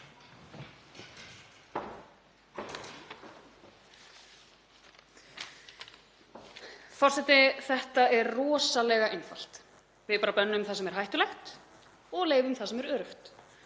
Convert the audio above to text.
forseti. Þetta er rosalega einfalt, við bara bönnum það sem er hættulegt og leyfum það sem er öruggt.